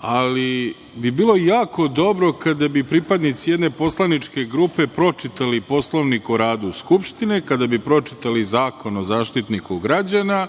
ali bi bilo jako dobro kada bi pripadnici jedne poslaničke grupe pročitali Poslovnik o radu Skupštine, kada bi pročitali Zakon o Zaštitniku građana,